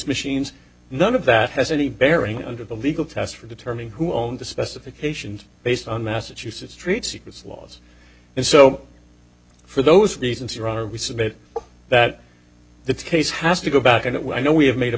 machines none of that has any bearing under the legal test for determining who own the specifications based on massachusetts treats its laws and so for those reasons your honor we submit that the case has to go back and it will know we have made